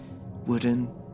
wooden